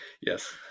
Yes